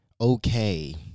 okay